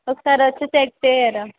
ఒకసారి వచ్చి చెక్ చేయరా